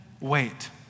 wait